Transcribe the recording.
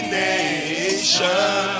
nation